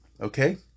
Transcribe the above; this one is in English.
Okay